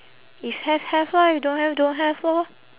if have have lah if don't have don't have lor